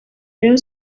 rayon